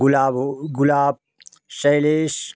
Gulabo Gulab Shailesh